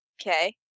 Okay